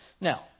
Now